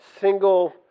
single